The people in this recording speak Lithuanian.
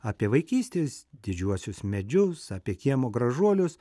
apie vaikystės didžiuosius medžius apie kiemo gražuolius